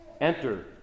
enter